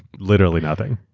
literally nothing.